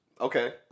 Okay